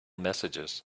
messages